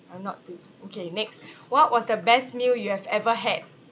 I'm not too okay next what was the best meal you have ever had